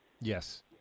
Yes